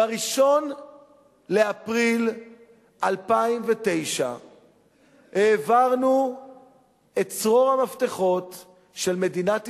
ב-1 באפריל 2009 העברנו את צרור המפתחות של מדינת ישראל,